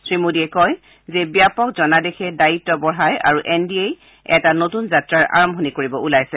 শ্ৰীমোদীয়ে কয় যে ব্যাপক জনাদেশে দায়িত্ব বঢ়াই আৰু এন ডি এ এটা নতুন যাত্ৰাৰ আৰম্ভণি কৰিব ওলাইছে